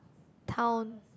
town